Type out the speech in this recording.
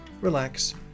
relax